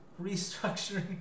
restructuring